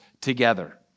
together